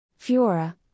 Fiora